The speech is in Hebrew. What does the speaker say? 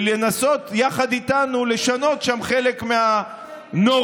ולנסות יחד איתנו לשנות שם חלק מהנורמות,